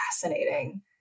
Fascinating